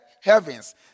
heavens